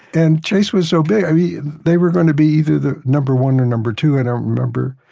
and chase was so big. i mean, they were going to be either the number one or number two, i don't remember,